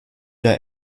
der